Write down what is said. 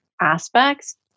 aspects